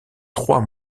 trois